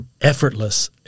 effortless